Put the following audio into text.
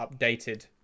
updated